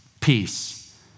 peace